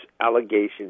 allegations